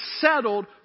settled